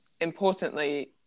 importantly